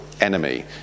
enemy